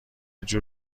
جور